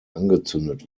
angezündet